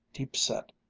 deep-set,